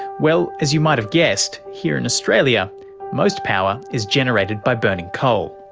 well, as you might have guessed, here in australia most power is generated by burning coal.